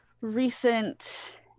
recent